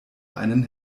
einen